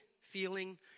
feeling